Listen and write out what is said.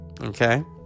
okay